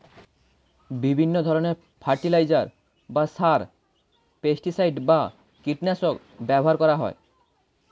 বিভিন্ন ধরণের ফার্টিলাইজার বা সার, পেস্টিসাইড বা কীটনাশক ব্যবহার করা হয়